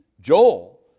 Joel